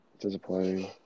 Disappointing